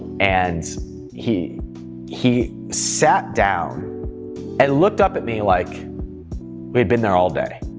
and he he sat down and looked up at me like we'd been there all day.